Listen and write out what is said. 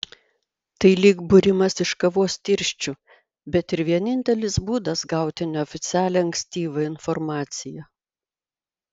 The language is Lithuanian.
tai lyg būrimas iš kavos tirščių bet ir vienintelis būdas gauti neoficialią ankstyvą informaciją